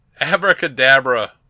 Abracadabra